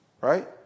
Right